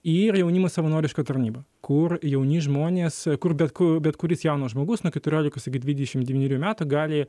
ir yra jaunimo savanoriška tarnyba kur jauni žmonės kur bet kur bet kuris jaunas žmogus nuo keturioliko iki dvidešimt devynerių metų gali